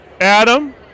Adam